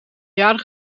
jaren